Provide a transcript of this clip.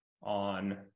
on